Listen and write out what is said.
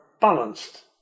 balanced